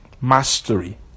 mastery